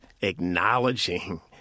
acknowledging